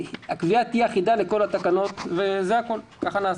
הקביעה תהיה אחידה לכל התקנות, זה הכול, כך נעשה.